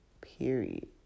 period